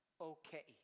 okay